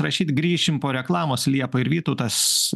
rašyt grįšim po reklamos liepa ir vytautas